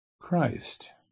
Christ